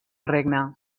regne